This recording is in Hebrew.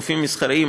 גופים מסחריים,